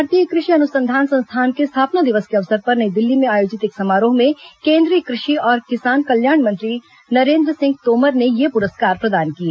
भारतीय कृषि अनुसंधान संस्थान के स्थापना दिवस के अवसर पर नई दिल्ली में आयोजित एक समारोह में केन्द्रीय कृषि और किसान कल्याण मंत्री नरेन्द्र सिंह तोमर ने ये पुरस्कार प्रदान किए